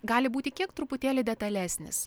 gali būti kiek truputėlį detalesnis